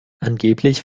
angeblich